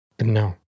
No